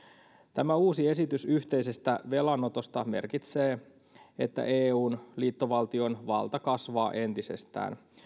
tämä uusi esitys yhteisestä velanotosta merkitsee että eun liittovaltion valta kasvaa entisestään